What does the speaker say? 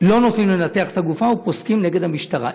לא נותנים לנתח את הגופה ופוסקים נגד המשטרה.